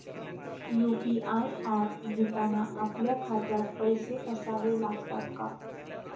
UPI app घेताना आपल्या खात्यात पैसे असावे लागतात का?